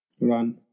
Run